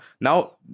Now